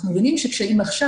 אנחנו מבינים שעכשיו,